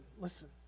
listen